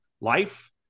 life